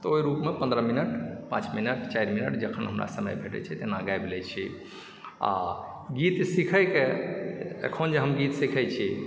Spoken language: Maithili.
तऽ ओहि रूपमे पंद्रह मिनट पाँच मिनट चारि मिनट जखन हमरा समय भेटै छै गाबि लैत छी आ गीत सीखय के अखन जे हम गीत सीखय छी